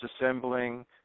assembling